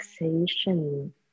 relaxation